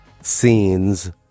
scenes